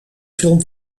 film